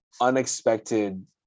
unexpected